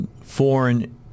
foreign